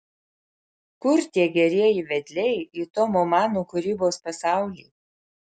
kur tie gerieji vedliai į tomo mano kūrybos pasaulį